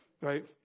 Right